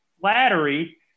flattery